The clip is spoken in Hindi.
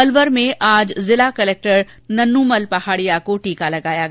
अलवर में आज जिला कलक्टर नन्नूमल पहाड़िया को टीका लगाया गया